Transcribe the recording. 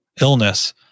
illness